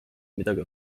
midagi